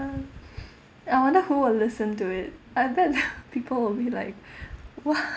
I wonder who will listen to it I'll bet people will be like what